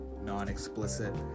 non-explicit